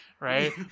right